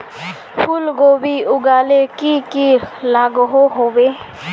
फूलकोबी लगाले की की लागोहो होबे?